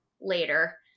later